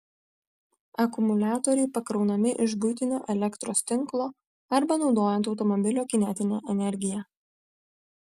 akumuliatoriai pakraunami iš buitinio elektros tinklo arba naudojant automobilio kinetinę energiją